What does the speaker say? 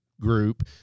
group